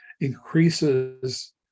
increases